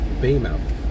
Baymouth